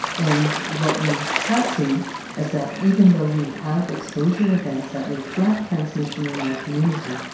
and what we have seen is that even though we have exposure events that reflect transmission in our community,